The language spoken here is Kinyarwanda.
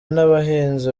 n’abahinzi